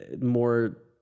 more